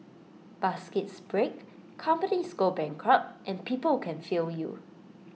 baskets break companies go bankrupt and people can fail you